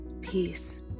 peace